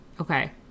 Okay